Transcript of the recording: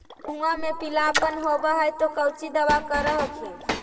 गोहुमा मे पिला अपन होबै ह तो कौची दबा कर हखिन?